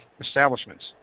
establishments